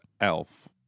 elf